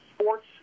sports